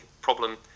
problem